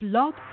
Blog